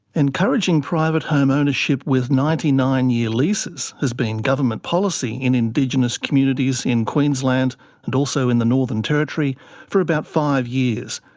encouraging private home ownership with ninety nine year leases has been government policy in indigenous communities in queensland and also in the northern territory for about five years,